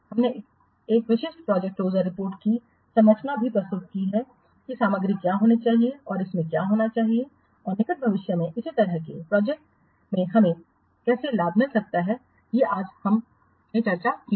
हमने एक विशिष्ट प्रोजेक्ट क्लोजर रिपोर्ट की संरचना भी प्रस्तुत की है कि सामग्री क्या होनी चाहिए और इसमें क्या होना चाहिए और निकट भविष्य में इसी तरह की प्रोजेक्टओं में हमें कैसे लाभ मिल सकता है ये आज हम चर्चा कर रहे हैं